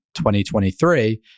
2023